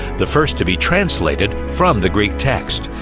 the first to be translated from the greek text.